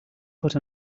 put